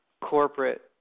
corporate